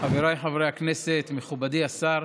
חבריי חברי הכנסת, מכובדי השר.